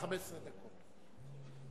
15 דקות.